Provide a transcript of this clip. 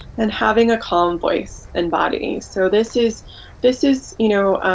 and having a calm voice and body. so this is this is you know